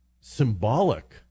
symbolic